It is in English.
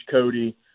Cody –